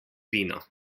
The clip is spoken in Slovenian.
vino